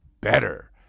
better